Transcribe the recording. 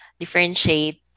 differentiate